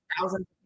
thousands